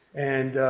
and